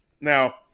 now